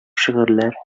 шигырьләр